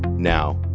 now,